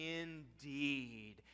indeed